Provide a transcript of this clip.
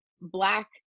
Black